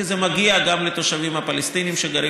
כי זה מגיע גם לתושבים הפלסטינים שגרים